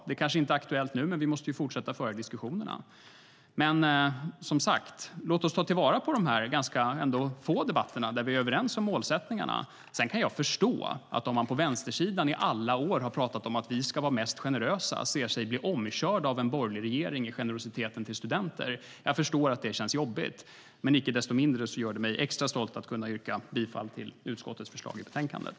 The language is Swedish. Det kanske inte är aktuellt nu, men vi måste fortsätta att föra diskussionerna. Låt oss ta vara på de ganska få debatter där vi är överens om målsättningarna! Sedan kan jag förstå om det känns jobbigt för vänstersidan, som i alla år har pratat om att vi ska vara mest generösa, att nu se sig bli omkörda av en borgerlig regering i generositeten till studenter. Men icke desto mindre gör det mig extra stolt att kunna yrka bifall till utskottets förslag i betänkandet.